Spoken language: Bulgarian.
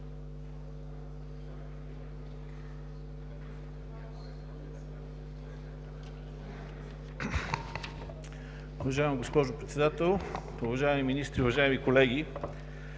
Уважаема госпожо Председател, уважаеми министри, уважаеми колеги!